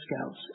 scouts